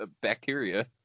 bacteria